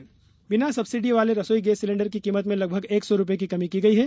gas cylinder बिना subsidy वाले रसोई गैस सिलेंडर की कीमत में लगभग एक सौ रुपए की कमी की गई है